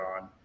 on